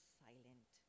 silent